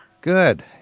Good